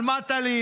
על מה תלינו?